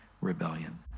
rebellion